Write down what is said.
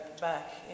back